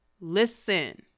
Listen